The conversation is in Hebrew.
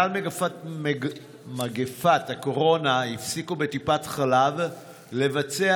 בשל מגפת הקורונה הפסיקו בטיפת חלב לבצע